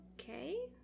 okay